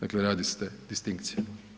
Dakle, radi se distinkcija.